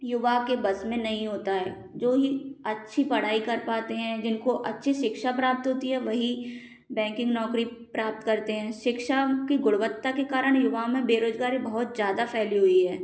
युवा के बस में नहीं होता है जो ही अच्छी पढ़ाई कर पाते हैं जिनको अच्छी शिक्षा प्राप्त होती है वही बैंकिंग नौकरी प्राप्त करते हैं शिक्षा की गुणवत्ता के कारण युवाओं में बेरोजगारी बहुत ज़्यादा फैली हुई है